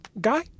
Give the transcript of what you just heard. Guy